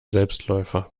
selbstläufer